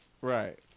right